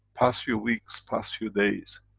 past few weeks, past few days.